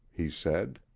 he said.